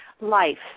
Life